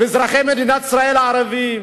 אזרחי מדינת ישראל הערבים,